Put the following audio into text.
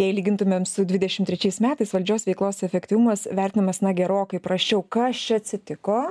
jei lygintumėm su dvidešim trečiais metais valdžios veiklos efektyvumas vertinamas na gerokai prasčiau kas čia atsitiko